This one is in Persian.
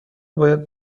باید